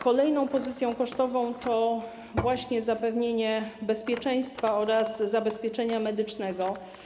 Kolejna pozycja kosztowa dotyczy właśnie zapewnienia bezpieczeństwa oraz zabezpieczenia medycznego.